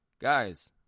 guys